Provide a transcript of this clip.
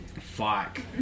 Fuck